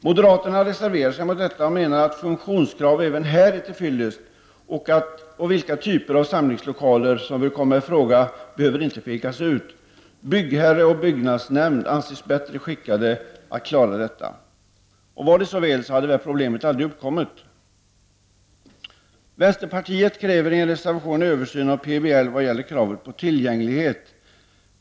Moderaterna reserverar sig mot detta och menar att funktionskraven även här är till fyllest och att man inte behöver peka ut vilka typer av samlingslokaler som bör komma i fråga. Byggherre och byggnadsnämnd anses vara bättre skickade att klara detta. Men vore det så väl hade nog problemet aldrig uppkommit. Vänsterpartiet kräver i en reservation en översyn av PBL vad gäller kravet på tillgänglighet.